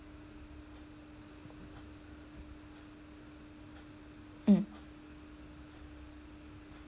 mm